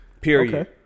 Period